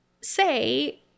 say